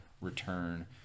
return